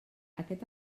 aquest